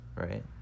right